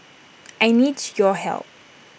I needs your help